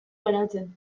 geratzen